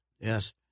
yes